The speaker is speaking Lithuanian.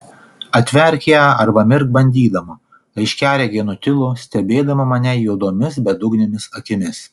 atverk ją arba mirk bandydama aiškiaregė nutilo stebėdama mane juodomis bedugnėmis akimis